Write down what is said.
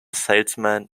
salesman